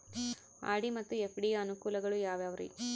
RD ಮತ್ತು FD ಯ ಅನುಕೂಲಗಳು ಯಾವ್ಯಾವುರಿ?